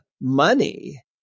money